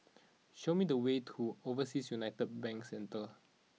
show me the way to Overseas United Bank Centre